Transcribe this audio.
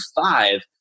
five